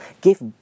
give